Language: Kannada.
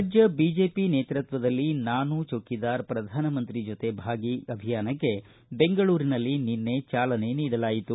ರಾಜ್ಯ ಬಿಜೆಪಿ ನೇತೃತ್ವದಲ್ಲಿ ನಾನು ಚೌಕಿದಾರ್ ಪ್ರಧಾನಮಂತ್ರಿ ಜೊತೆ ಬಾಗಿ ಅಭಿಯಾನಕ್ಕೆ ಬೆಂಗಳೂರಿನಲ್ಲಿ ನಿನ್ನೆ ಚಾಲನೆ ನೀಡಲಾಯಿತು